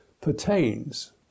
pertains